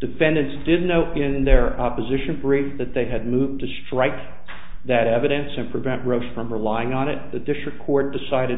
defendants didn't know in their opposition break that they had moved to strike that evidence and prevent wrote from relying on it the district court decided